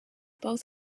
both